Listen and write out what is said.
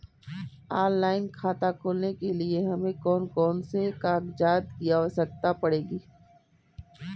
Online खाता खोलने के लिए हमें कौन कौन से कागजात की आवश्यकता पड़ेगी?